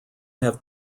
have